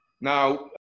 Now